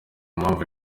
mpamvu